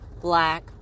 black